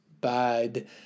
bad